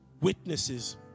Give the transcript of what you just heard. witnesses